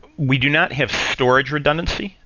we do not have storage redundancy.